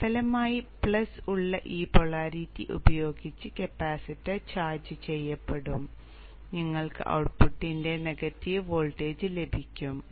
തൽഫലമായി പ്ലസ് ഉള്ള ഈ പോളാരിറ്റി ഉപയോഗിച്ച് കപ്പാസിറ്റർ ചാർജ് ചെയ്യപ്പെടും അതിനാൽ നിങ്ങൾക്ക് ഔട്ട്പുട്ടിന്റെ നെഗറ്റീവ് വോൾട്ടേജ് ലഭിക്കും